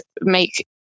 make